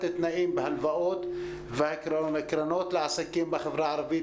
תנאים בהלוואות וקרנות לעסקים בחברה הערבית,